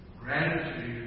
Gratitude